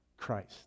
Christ